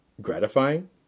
Gratifying